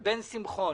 שמחון,